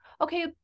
okay